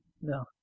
No